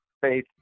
faith